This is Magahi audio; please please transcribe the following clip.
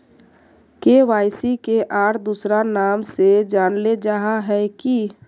के.वाई.सी के आर दोसरा नाम से जानले जाहा है की?